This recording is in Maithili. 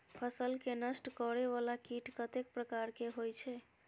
फसल के नष्ट करें वाला कीट कतेक प्रकार के होई छै?